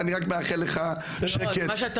ואני מאחל לך שקט